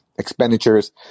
expenditures